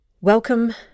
Welcome